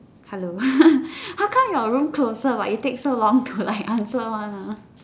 hello how come your room closer but you take so long to like answer one lah